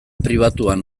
pribatuan